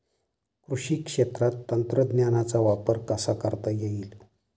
कृषी क्षेत्रात तंत्रज्ञानाचा वापर कसा करता येईल?